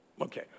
okay